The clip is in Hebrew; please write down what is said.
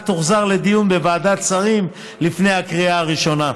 תוחזר לדיון בוועדת שרים לפני הקריאה הראשונה.